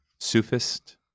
Sufist